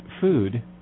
food